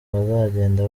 bazagenda